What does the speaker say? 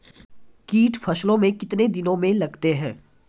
कीट फसलों मे कितने दिनों मे लगते हैं?